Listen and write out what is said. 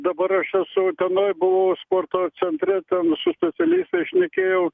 dabar aš esu utenoj buvau sporto centre ten su specialistais šnekėjau